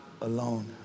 alone